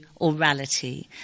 orality